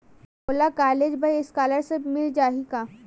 मोला कॉलेज बर स्कालर्शिप मिल जाही का?